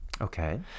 Okay